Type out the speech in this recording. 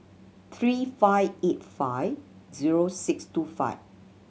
three five eight five zero six two five